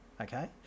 okay